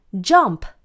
jump